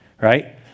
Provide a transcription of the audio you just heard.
right